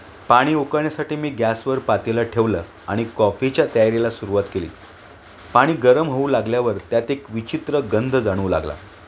पाणी उकळण्यासाठी मी गॅसवर पातेलं ठेवलं आणि कॉफीच्या तयारीला सुरुवात केली पाणी गरम होऊ लागल्यावर त्यात एक विचित्र गंंध जाणू लागला